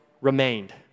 remained